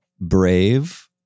brave